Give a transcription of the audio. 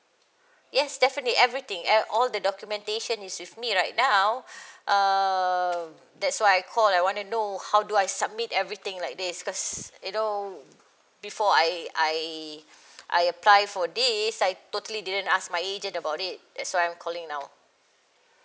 yes definitely everything and all the documentation is with me right now uh that's why I call I wanna know how do I submit everything like this because you know before I I I apply for this I totally didn't ask my agent about it that's why I'm calling now